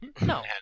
No